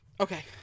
okay